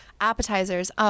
Appetizers